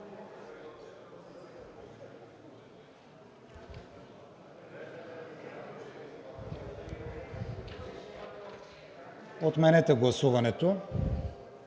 Отменете гласуването.